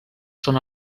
són